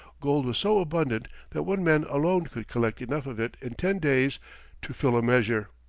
gold was so abundant that one man alone could collect enough of it in ten days to fill a measure.